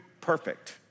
perfect